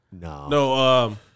No